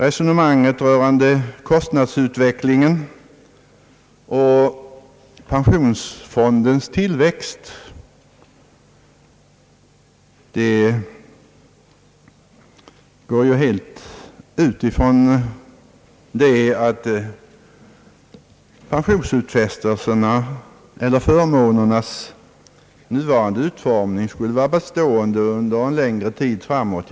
Resonemanget rörande kostnadsutvecklingen och pensionsfondens tillväxt utgår ju helt ifrån att pensionsförmånernas nuvarande utformning skulle vara bestående under en längre tid framåt.